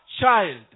child